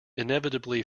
inevitably